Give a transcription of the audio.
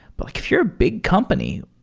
but like if you're a big company,